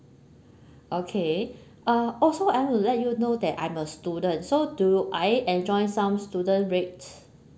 okay uh also I will let you know that I'm a student so do I enjoy some student rates